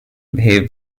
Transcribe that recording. behave